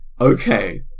okay